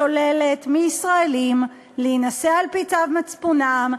שוללת מישראלים להינשא על-פי צו מצפונם,